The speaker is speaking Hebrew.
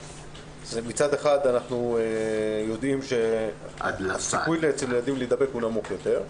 מצד אחד אנחנו יודעים שהסיכוי אצל ילדים להידבק נמוך יותר,